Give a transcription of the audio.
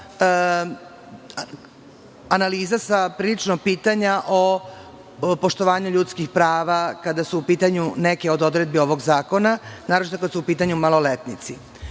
analiza pitanja o poštovanju ljudskih prava kada su u pitanju neke od odredbi ovog zakona, naročito kada su u pitanju maloletnici.Zašto